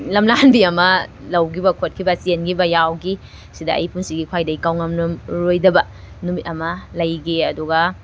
ꯂꯝꯂꯥꯟꯕꯤ ꯑꯃ ꯂꯧꯈꯤꯕ ꯈꯣꯠꯈꯤꯕ ꯆꯦꯟꯈꯤꯕ ꯌꯥꯎꯈꯤ ꯁꯤꯗ ꯑꯩ ꯄꯨꯟꯁꯤꯒꯤ ꯈ꯭ꯋꯥꯏꯗꯒꯤ ꯀꯥꯎꯉꯝꯂꯔꯣꯏꯗꯕ ꯅꯨꯃꯤꯠ ꯑꯃ ꯂꯩꯈꯤ ꯑꯗꯨꯒ